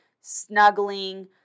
snuggling